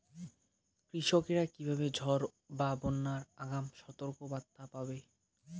কৃষকেরা কীভাবে ঝড় বা বন্যার আগাম সতর্ক বার্তা পাবে?